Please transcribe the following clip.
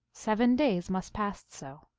seven days must pass so.